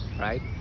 right